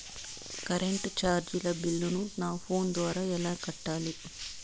Current చార్జీల బిల్లును, నా ఫోను ద్వారా ఎలా కట్టాలి?